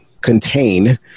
contain